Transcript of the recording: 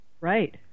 Right